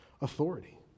authority